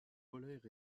polaires